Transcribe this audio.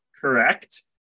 Correct